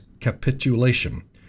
capitulation